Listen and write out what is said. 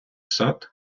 сад